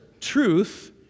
truth